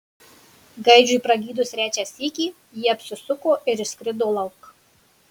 gaidžiui pragydus trečią sykį ji apsisuko ir išskrido lauk